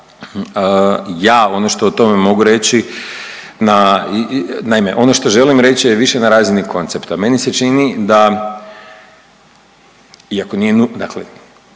Ja ono što o tome mogu reći na, naime ono što želim reći je više na razini koncepta. Meni se čini da iako nije nužno